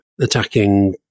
attacking